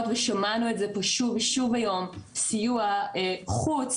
- ושמענו את זה שוב ושוב היום - סיוע חוץ,